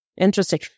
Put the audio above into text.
Interesting